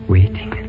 Waiting